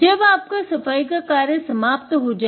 जब आपका सफाई का कार्य समाप्त हो जाए